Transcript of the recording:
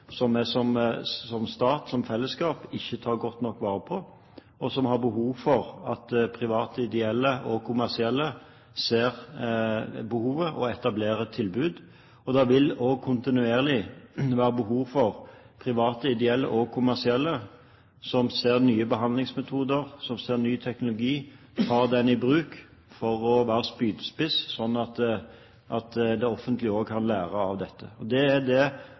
som vi som stat og fellesskap ikke tar godt nok vare på, og som har behov for at private ideelle og kommersielle ser behovet og etablerer et tilbud. Det vil også kontinuerlig være behov for private ideelle og kommersielle som ser nye behandlingsmetoder, som ser ny teknologi, og tar den i bruk for å være spydspiss, slik at det offentlige også kan lære av dette. Det er det